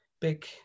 big